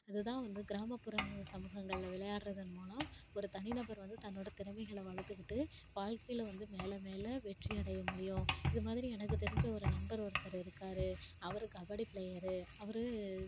அதுதான் வந்து கிராமப்புற சமூகங்களில் விளையாடுறதன் மூலம் ஒரு தனி நபர் வந்து தன்னோடய திறமைகளை வளர்த்துக்கிட்டு வாழ்க்கையில் வந்து மேலே மேலே வெற்றி அடைய முடியும் இதுமாதிரி எனக்கு தெரிஞ்ச ஒரு நண்பர் ஒருத்தரு இருக்காரு அவரு கபடி ப்ளேயரு அவர்